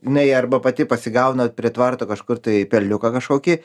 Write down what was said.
jinai arba pati pasigauna prie tvarto kažkur tai perliuką kažkokį